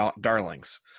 darlings